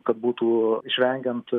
kad būtų išvengiant